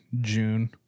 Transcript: June